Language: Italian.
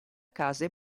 case